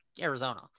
Arizona